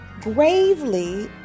gravely